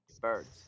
birds